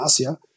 Asia